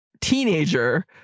teenager